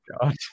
God